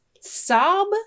sob